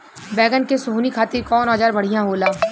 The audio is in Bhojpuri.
बैगन के सोहनी खातिर कौन औजार बढ़िया होला?